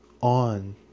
on